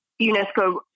UNESCO –